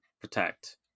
protect